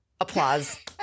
Applause